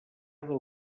del